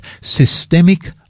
systemic